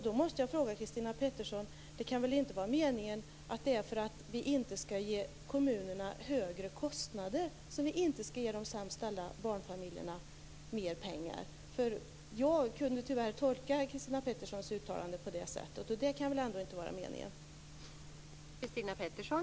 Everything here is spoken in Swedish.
Då måste jag fråga Christina Pettersson: Det kan väl inte vara meningen att vi inte skall ge de sämst ställda barnfamiljerna mer pengar för att vi inte skall ge kommunerna högre kostnader? Jag kunde tyvärr tolka Christina Petterssons uttalande på det sättet, och det kan väl ändå inte ha varit meningen.